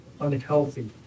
unhealthy